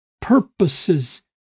Purposes